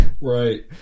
Right